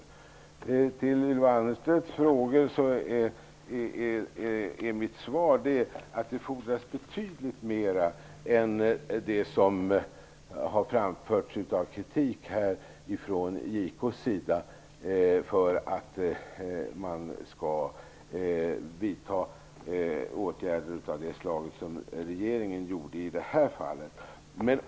På Ylva Annerstedts frågor är mitt svar att det fordras betydligt mera än den kritik som framförts här från JK:s sida för att man skall vidta åtgärder av det slag som regeringen vidtog i det här fallet.